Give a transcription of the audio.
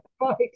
right